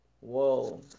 Whoa